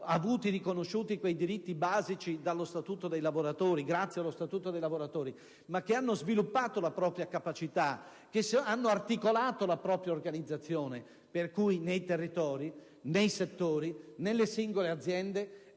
grazie allo Statuto dei lavoratori,